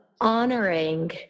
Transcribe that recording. honoring